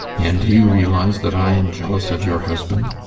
and do you realise that i am jealous of your husband?